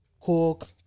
cook